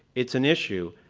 it's an issue.